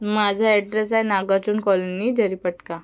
माझं ॲड्रेस आहे नागार्जुन कॉलनी जरीपटका